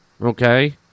Okay